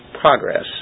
Progress